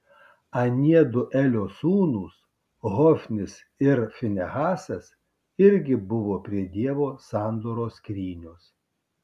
aniedu elio sūnūs hofnis ir finehasas irgi buvo prie dievo sandoros skrynios